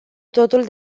totul